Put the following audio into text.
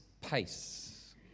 pace